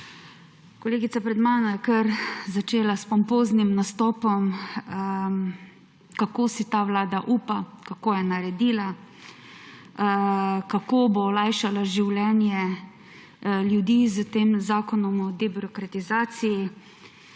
Kolegica pred mano je kar začela s pompoznim nastopom, kako si ta vlada upa, kako je naredila, kako bo olajšala življenje ljudi s tem zakonom o debirokratizaciji